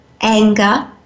anger